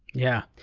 yeah.